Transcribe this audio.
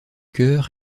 chœur